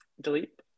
Delete